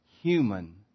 human